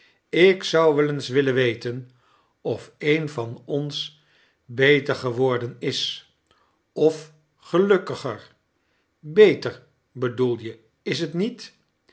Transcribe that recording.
ik zou wel eens willen weten of een van ons beter geworden is of gelukkiger beter bedoel je is t niet